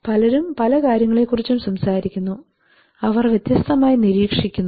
പലരും പല കാര്യങ്ങളെക്കുറിച്ചും സംസാരിക്കുന്നു അവർ വ്യത്യസ്തമായി നിരീക്ഷിക്കുന്നു